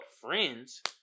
friends